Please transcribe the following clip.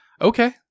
okay